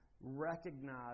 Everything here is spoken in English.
recognize